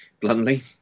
bluntly